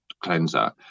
cleanser